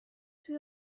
توی